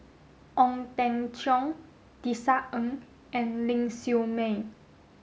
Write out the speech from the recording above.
Ong Teng Cheong Tisa Ng and Ling Siew May